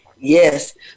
Yes